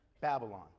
Babylon